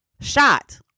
shot